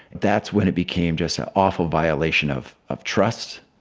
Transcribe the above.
that's when it became just an awful violation of of trust.